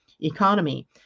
economy